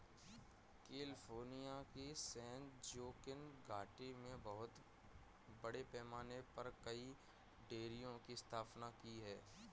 California की San Joaquin घाटी में बहुत बड़े पैमाने पर कई डेयरियों की स्थापना की गई है